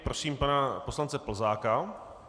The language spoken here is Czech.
Prosím pana poslance Plzáka.